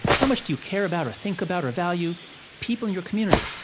how much do you care about or think about or value people in your community,